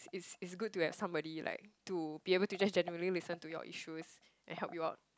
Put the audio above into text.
it's it's good to have somebody like to be able to just genuinely listen to your issues and help you out